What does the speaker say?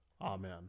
Amen